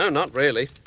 so not really.